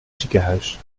ziekenhuis